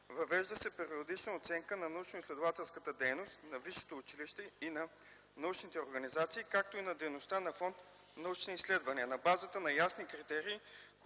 въвежда се периодична оценка на научноизследователската дейност на висшето училище и на научните организации, както и на дейността на фонд „Научни изследвания” на базата на ясни критерии,